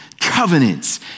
covenants